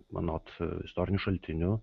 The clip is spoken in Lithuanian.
anot istorinių šaltinių